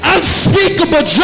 Unspeakable